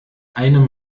eine